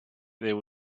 there